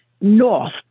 north